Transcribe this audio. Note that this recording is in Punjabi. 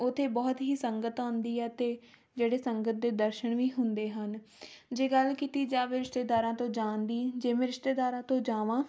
ਉੱਥੇ ਬਹੁਤ ਹੀ ਸੰਗਤ ਆਉਂਦੀ ਹੈ ਅਤੇ ਜਿਹੜੇ ਸੰਗਤ ਦੇ ਦਰਸ਼ਨ ਵੀ ਹੁੰਦੇ ਹਨ ਜੇ ਗੱਲ ਕੀਤੀ ਜਾਵੇ ਰਿਸ਼ਤੇਦਾਰਾਂ ਤੋਂ ਜਾਣ ਦੀ ਜੇ ਮੈਂ ਰਿਸ਼ਤੇਦਾਰਾਂ ਤੋਂ ਜਾਵਾਂ